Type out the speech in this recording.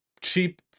cheap